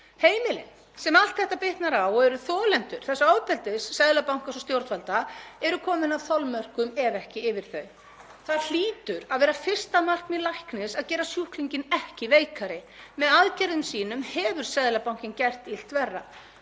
Heimilin sem allt þetta bitnar á og eru þolendur þessa ofbeldis Seðlabankans og stjórnvalda eru komin að þolmörkum, ef ekki yfir þau. Það hlýtur að vera fyrsta markmið læknis að gera sjúklinginn ekki veikari. Með aðgerðum sínum hefur Seðlabankinn gert illt verra.